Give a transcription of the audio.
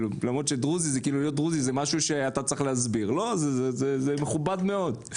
זה מכובד מאוד.